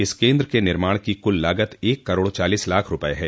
इस केन्द्र क निर्माण की कुल लागत एक करोड़ चालीस लाख रूपये है